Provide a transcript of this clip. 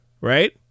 Right